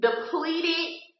depleted